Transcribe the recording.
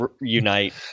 Unite